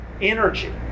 energy